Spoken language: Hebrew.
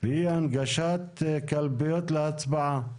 והיא הנגשת קלפיות להצבעה.